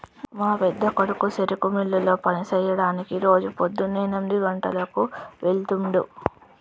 మా పెద్దకొడుకు చెరుకు మిల్లులో పని సెయ్యడానికి రోజు పోద్దున్నే ఎనిమిది గంటలకు వెళ్తుండు